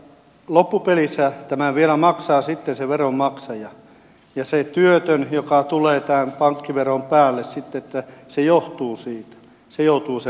loppupelissä tämän vielä maksavat veronmaksaja ja se työtön mikä tulee tämän pankkiveron päälle se johtuu siitä hän joutuu sen maksamaan sieltä